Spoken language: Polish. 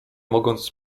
mogąc